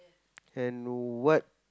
and what